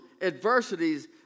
adversities